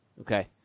Okay